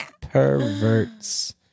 perverts